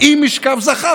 עם משכב זכר.